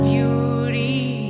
Beauty